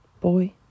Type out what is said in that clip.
boy